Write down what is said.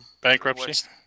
Bankruptcy